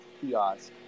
kiosk